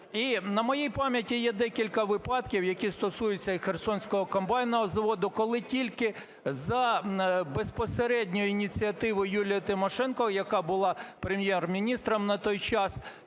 на моїй пам'яті є декілька випадків, які стосуються і Херсонського комбайнового заводу, коли тільки за безпосередньою ініціативою Юлії Тимошенко, яка була Прем'єр-міністром на той час,